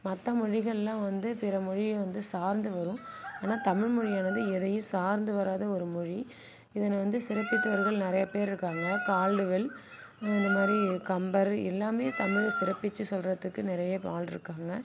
மற்ற மொழிகள்லாம் வந்து பிறமொழியை வந்து சார்ந்து வரும் ஆனால் தமிழ்மொழியை வந்து எதையும் சார்ந்து வராத ஒரு மொழி இதனை வந்து சிறப்பித்தவர்கள் நிறையா பேர் இருக்காங்க கால்டுவெல் இந்த மாதிரி கம்பர் எல்லாமே தமிழ சிறப்பித்து சொல்கிறதுக்கு நிறைய ஆள் இருக்காங்க